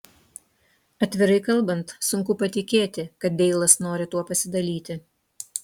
atvirai kalbant sunku patikėti kad deilas nori tuo pasidalyti